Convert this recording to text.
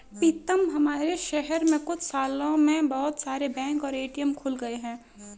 पीतम हमारे शहर में कुछ सालों में बहुत सारे बैंक और ए.टी.एम खुल गए हैं